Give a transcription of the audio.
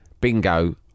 bingo